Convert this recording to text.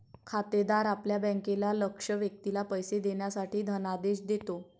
खातेदार आपल्या बँकेला लक्ष्य व्यक्तीला पैसे देण्यासाठी धनादेश देतो